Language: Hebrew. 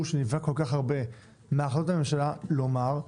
שנפגע כל כך הרבה מהחלטות הממשלה לומר,